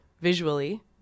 visually